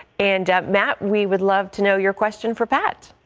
and matt, we would love to know your question for pat.